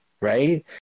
right